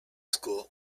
school